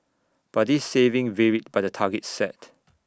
but this saving varied by the targets set